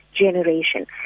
generation